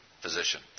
physician